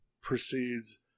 proceeds